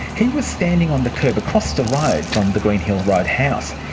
he was standing on the curb, across the road from the greenhill road house.